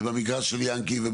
זה במגרש של יענקי.